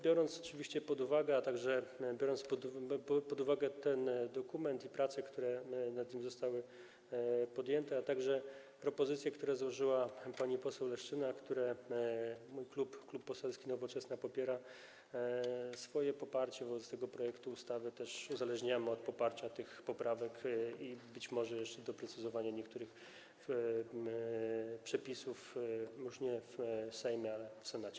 Biorąc oczywiście to pod uwagę, a także biorąc pod uwagę ten dokument i prace, które zostały nad nim podjęte, jak również propozycje, które złożyła pani poseł Leszczyna, które mój klub, Klub Poselski Nowoczesna popiera, swoje poparcie dla tego projektu ustawy uzależniamy też od poparcia tych poprawek i być może jeszcze doprecyzowania niektórych przepisów już nie w Sejmie, ale w Senacie.